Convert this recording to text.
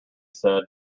said